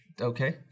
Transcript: Okay